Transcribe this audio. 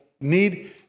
need